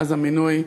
מאז המינוי,